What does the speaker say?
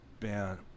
man